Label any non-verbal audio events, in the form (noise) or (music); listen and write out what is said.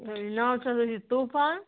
ناو (unintelligible) طوٗفان